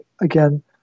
Again